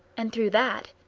and through that,